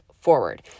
forward